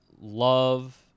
love